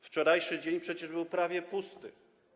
Wczorajszy dzień przecież był prawie pusty.